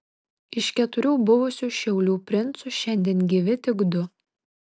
iš keturių buvusių šiaulių princų šiandien gyvi tik du